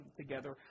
together